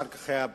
אחר כך פרס,